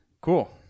Cool